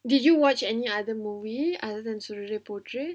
did you watch any other movie other than Soorarai Pottru pottru